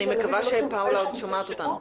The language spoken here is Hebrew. אני מקווה שפאולה עוד שומעת אותנו,